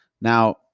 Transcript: Now